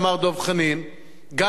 גם לא מעל הבמה הזאת.